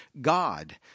God